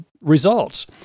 results